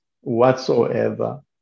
whatsoever